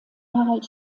harald